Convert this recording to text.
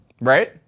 right